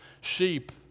Sheep